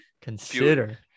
consider